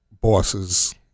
bosses